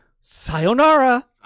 sayonara